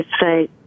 say